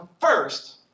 first